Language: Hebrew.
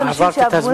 יש אנשים שעברו,